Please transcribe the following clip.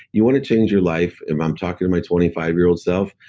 you want to change your life? i'm i'm talking to my twenty five year old self.